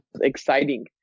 exciting